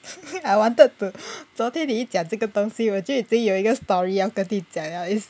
I wanted to 昨天你一讲这个东西我就有一个 story 要跟你讲了 it's